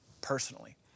personally